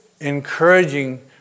Encouraging